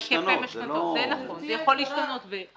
גברתי היקרה,